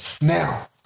Now